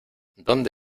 dónde